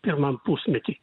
pirmam pusmety